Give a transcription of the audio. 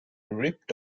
ripped